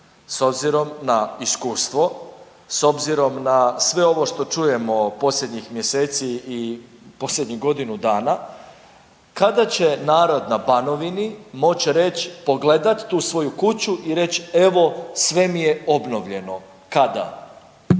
s obzirom na iskustvo, s obzirom na sve ovo što čujemo posljednjih mjeseci i posljednjih godinu dana, kada će narod na Banovini reći, pogledat tu svoju kuću i reći, evo, sve mi je obnovljeno. Kada?